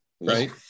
right